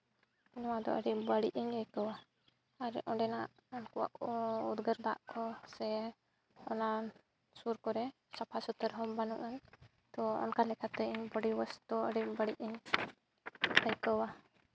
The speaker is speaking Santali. ᱱᱚᱣᱟᱫᱚ ᱟᱹᱰᱤ ᱵᱟᱹᱲᱤᱡ ᱤᱧ ᱟᱹᱭᱠᱟᱹᱣᱟ ᱟᱨ ᱚᱸᱰᱮᱱᱟᱜ ᱩᱱᱠᱩᱣᱟᱜ ᱩᱫᱽᱜᱟᱹᱨ ᱫᱟᱜ ᱠᱚ ᱥᱮ ᱚᱱᱟ ᱥᱩᱨ ᱠᱚᱨᱮ ᱥᱟᱯᱷᱟ ᱥᱩᱛᱨᱚ ᱦᱚᱸ ᱵᱟᱹᱱᱩᱜᱼᱟ ᱛᱚ ᱚᱱᱠᱟ ᱞᱮᱠᱟᱛᱮ ᱤᱧ ᱵᱚᱰᱤ ᱚᱣᱟᱥ ᱫᱚ ᱟᱹᱰᱤ ᱵᱟᱹᱲᱤᱡ ᱤᱧ ᱟᱹᱭᱠᱟᱹᱣᱟ